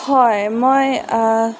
হয় মই